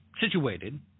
situated